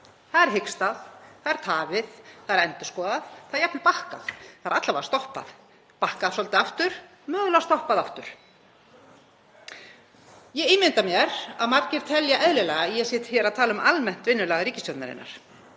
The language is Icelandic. Það er hikstað, tafið, endurskoðað og jafnvel bakkað, það er alla vega stoppað, bakkað svolítið aftur og mögulega stoppað aftur. Ég ímynda mér að margir telji eðlilega að ég sé hér að tala um almennt vinnulag ríkisstjórnarinnar,